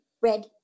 red